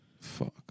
Fuck